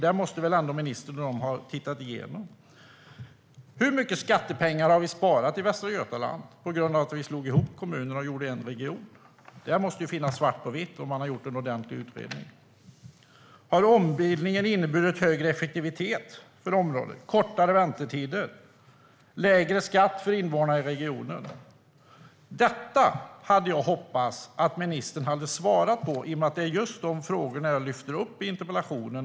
Det måste väl ändå ministern ha tittat igenom. Hur mycket skattepengar har vi sparat i Västra Götaland på grund av att vi slog ihop kommuner och gjorde en region? Det måste finnas i svart på vitt om man har gjort en ordentlig utredning. Har ombildningen inneburit högre effektivitet för området, kortare väntetider och lägre skatt för invånarna i regionen? Detta hade jag hoppats att ministern hade svarat på i och med att det är just de frågorna jag lyfter upp i interpellationen.